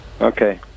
okay